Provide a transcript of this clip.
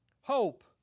Hope